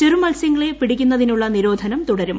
ചെറുമത്സ്യങ്ങളെ പിടിക്കുന്നതിനുള്ള നിരോധനം തുടരും